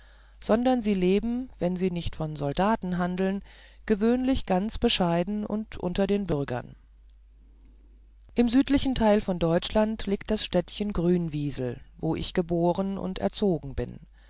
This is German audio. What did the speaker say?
sondern sie leben wenn sie nicht von soldaten handeln gewöhnlich ganz bescheiden und unter den bürgern im südlichen teil von deutschland liegt das städtchen grünwiesel wo ich geboren und erzogen bin